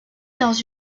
dans